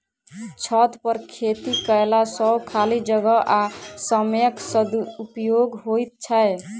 छतपर खेती कयला सॅ खाली जगह आ समयक सदुपयोग होइत छै